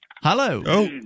Hello